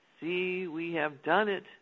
see-we-have-done-it